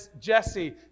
Jesse